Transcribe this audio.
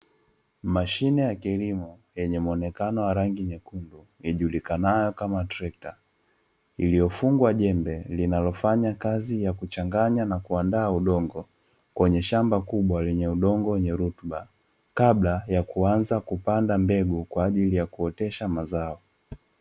Mashine ya kilimo yenye muonekano wa rangi nyekundu ijulikanayo kama trekta, iliyofungwa jembe linalofanya kazi ya kuchanganya na kuandaa udongo kwenye shamba kubwa lenye udongo wenye rutuba, kabla ya kuanza kupanda mbegu kwa ajili ya kuotesha mazao.